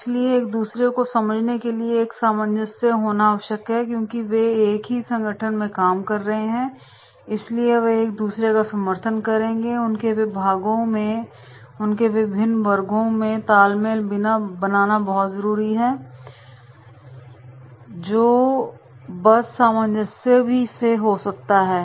इसलिए एक दूसरे को समझने के लिए एक सामंजस्य होना आवश्यक है क्योंकि वे एक ही संगठन में काम कर रहे हैं इसलिए वे एक दूसरे का समर्थन करेंगे उनके विभागों में उनके विभिन्न वर्गों में तालमेल बिना बहुत ज़रूरी है जो बस सामंजस्य से हो सकता है